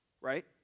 Right